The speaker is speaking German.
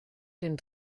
den